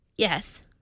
Yes